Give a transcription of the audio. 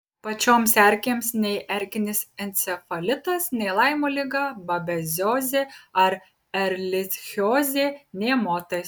pačioms erkėms nei erkinis encefalitas nei laimo liga babeziozė ar erlichiozė nė motais